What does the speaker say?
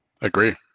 agree